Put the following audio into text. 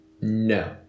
No